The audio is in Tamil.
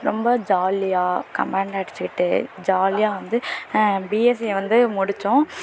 ரொம்ப ஜாலியாக கமெண்ட் அடிச்சுக்கிட்டு ஜாலியாக வந்து பிஎஸ்சியை வந்து முடித்தோம்